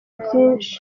byinshi